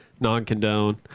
non-condone